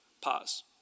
pause